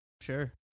Sure